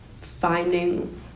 finding